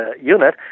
unit